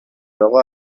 اقا